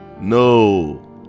no